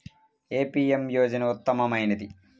ఏ PM యోజన ఉత్తమమైనది?